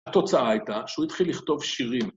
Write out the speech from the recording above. ‫התוצאה הייתה שהוא התחיל לכתוב שירים.